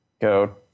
go